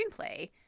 screenplay